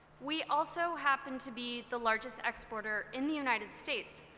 we also happen to be the largest exporter in the united states,